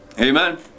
Amen